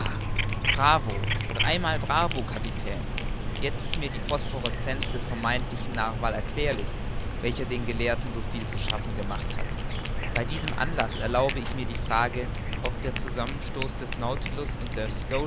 bravo dreimal bravo kapitän jetzt ist mir die phosphorescenz des vermeintlichen narwal erklärlich welcher den gelehrten so viel zu schaffen gemacht hat bei diesem anlaß erlaube ich mir die frage ob der zusammenstoß des nautilus und